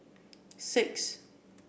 six